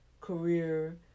career